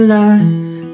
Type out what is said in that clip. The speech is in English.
life